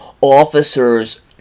Officers